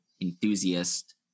enthusiast